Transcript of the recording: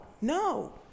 No